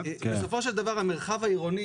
בסופו של דבר, המרחב העירוני